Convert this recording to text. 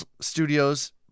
Studios